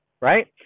right